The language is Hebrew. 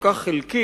כל כך חלקית,